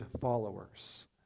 followers